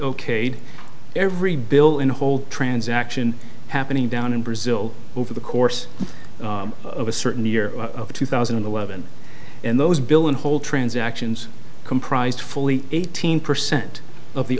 okayed every bill in the whole transaction happening down in brazil over the course of a certain year of two thousand and eleven and those bill in whole transactions comprised fully eighteen percent of the